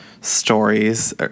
stories